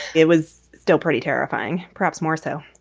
it was still pretty terrifying. perhaps more so.